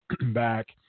back